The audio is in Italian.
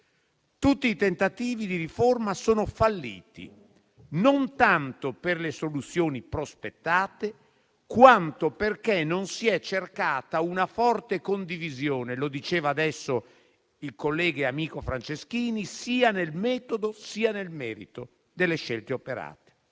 Tutti i tentativi di riforma sono falliti, non tanto per le soluzioni prospettate, quanto perché non si è cercata una forte condivisione, come diceva il collega e amico Franceschini, sia nel metodo sia nel merito delle scelte operate.